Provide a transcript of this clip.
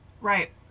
Right